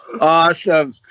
awesome